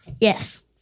Yes